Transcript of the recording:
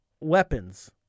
weapons